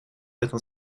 этом